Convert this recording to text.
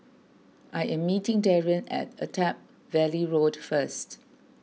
I am meeting Darrien at Attap Valley Road first